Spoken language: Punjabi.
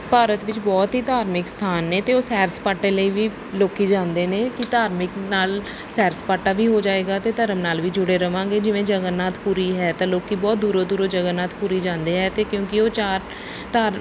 ਭਾਰਤ ਵਿੱਚ ਬਹੁਤ ਹੀ ਧਾਰਮਿਕ ਅਸਥਾਨ ਨੇ ਅਤੇ ਉਹ ਸੈਰ ਸਪਾਟੇ ਲਈ ਵੀ ਲੋਕ ਜਾਂਦੇ ਨੇ ਕਿ ਧਾਰਮਿਕ ਨਾਲ ਸੈਰ ਸਪਾਟਾ ਵੀ ਹੋ ਜਾਏਗਾ ਅਤੇ ਧਰਮ ਨਾਲ ਵੀ ਜੁੜੇ ਰਵਾਂਗੇ ਜਿਵੇਂ ਜਗਨਨਾਥ ਪੁਰੀ ਹੈ ਤਾਂ ਲੋਕ ਬਹੁਤ ਦੂਰੋਂ ਦੂਰੋਂ ਜਗਨਨਾਥ ਪੁਰੀ ਜਾਂਦੇ ਆ ਅਤੇ ਕਿਉਂਕਿ ਉਹ ਚਾਰ ਧਾਰ